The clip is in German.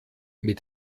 mit